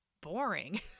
boring